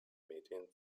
medien